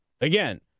Again